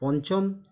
পঞ্চম